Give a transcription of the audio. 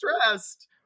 stressed